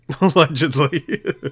Allegedly